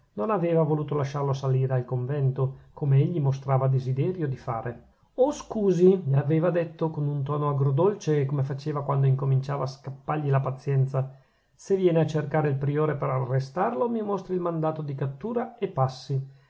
non aveva voluto lasciarlo salire al convento come egli mostrava desiderio di fare o scusi gli aveva detto con un tono agrodolce come faceva quando incominciava a scappargli la pazienza se viene a cercare il priore per arrestarlo mi mostri il mandato di cattura e passi